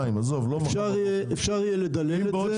אפשר יהיה לדלל את זה.